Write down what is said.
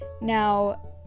Now